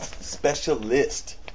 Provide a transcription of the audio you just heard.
specialist